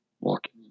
walking